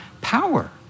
power